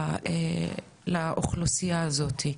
לאוכלוסייה הזאת.